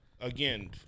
again